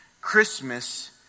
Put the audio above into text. Christmas